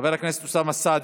חבר הכנסת אוסאמה סעדי,